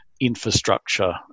infrastructure